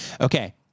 okay